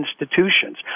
institutions